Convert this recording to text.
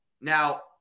Now